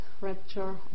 rapture